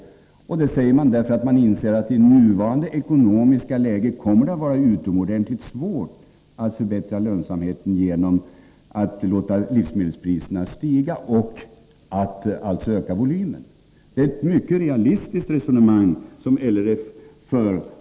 LRF lägger fram dessa förslag därför att man inser att det i nuvarande ekonomiska läge kommer att vara utomordentligt svårt att förbättra lönsamheten genom att låta livsmedelspriserna stiga och öka volymen. Det är ett mycket realistiskt resonemang som LRF för.